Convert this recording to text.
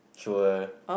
sure